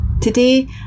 Today